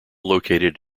located